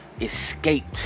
escaped